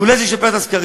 אולי זה ישפר את הסקרים,